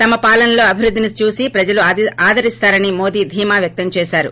తమ పాలనలో అభివృద్ది ని చూసి ప్రజలు ఆదరిస్తారని మోది దీమా వ్యక్తం చేసారు